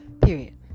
period